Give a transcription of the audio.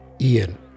Ian